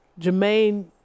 Jermaine